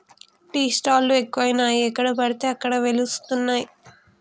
tea stall లు ఎక్కువయినాయి ఎక్కడ పడితే అక్కడ వెలుస్తానయ్